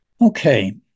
Okay